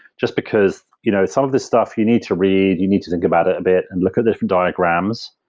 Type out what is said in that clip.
just because you know some of this stuff you need to read, you need to think about it a bit and look at different diagrams.